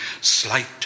slight